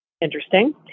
Interesting